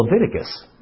Leviticus